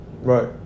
right